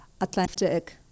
atlantic